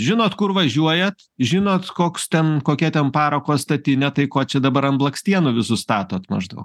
žinot kur važiuojat žinot koks ten kokia ten parako statinė tai ko čia dabar an blakstienų visus statot maždaug